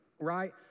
Right